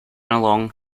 along